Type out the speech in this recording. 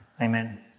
Amen